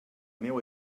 meu